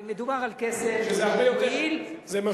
מדובר על כסף שמועיל, זה הרבה יותר.